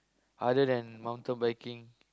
other than mountain biking